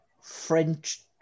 French